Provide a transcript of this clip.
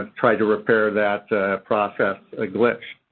um tried to repair that process, a glitch.